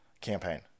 campaign